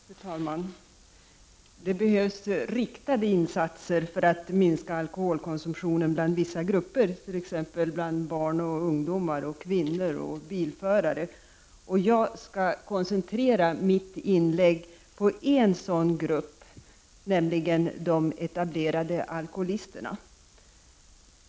Fru talman! Det behövs riktade insatser för att minska alkoholkonsumtionen bland vissa grupper, t.ex. barn och ungdomar, kvinnor och bilförare. Jag skall koncentrera mitt inlägg på en sådan grupp, nämligen de etablerade alkoholisterna.